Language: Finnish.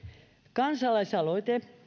kansalaisaloite